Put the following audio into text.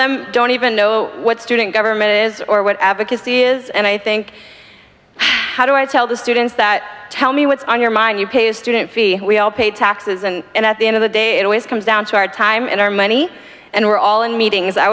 them don't even know what student government is or what advocacy is and i think how do i tell the students that tell me what's on your mind you pay a student fee we all pay taxes and at the end of the day it always comes down to our time and our money and we're all in meetings i